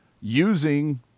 using